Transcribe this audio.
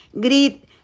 Greed